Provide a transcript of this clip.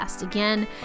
Again